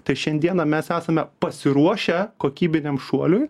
tai šiandieną mes esame pasiruošę kokybiniam šuoliui